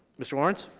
mr. lawrence?